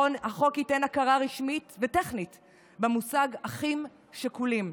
החוק ייתן הכרה רשמית וטכנית במושג "אחים שכולים",